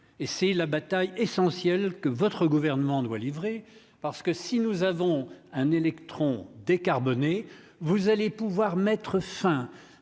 et si la bataille essentielle que votre gouvernement doit livrer parce que si nous avons un électron décarbonnées vous allez pouvoir mettre fin